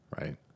Right